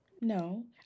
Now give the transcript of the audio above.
No